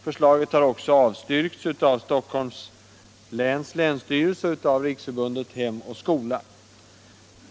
Förslaget har också avstyrkts av länsstyrelsen i Stockholms län och av Riksförbundet Hem och skola.